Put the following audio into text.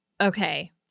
Okay